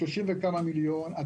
של 30 וכמה מיליון שקלים,